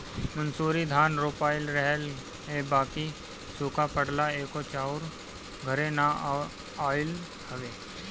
मंसूरी धान रोपाइल रहल ह बाकि सुखा पड़ला से एको चाउर घरे ना आइल हवे